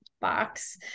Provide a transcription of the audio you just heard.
box